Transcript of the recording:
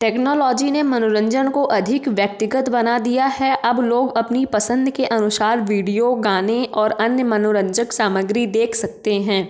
technology ने मनोरंजन को अधिक व्यक्तिगत बना दिया है अब लोग अपनी पसंद के अनुशार वीडियो गाने और अन्य मनोरंजक सामग्री देख सकते हैं